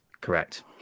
Correct